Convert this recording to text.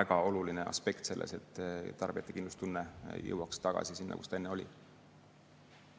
väga oluline aspekt selles, et tarbijate kindlustunne jõuaks tagasi sinna, kus ta enne oli.